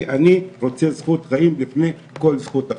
כי אני רוצה זכות חיים לפני כל זכות אחרת.